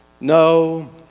no